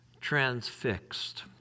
transfixed